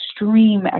extreme